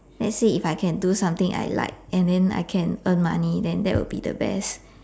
let's say if I can do something I like and then I can earn money then that would be the best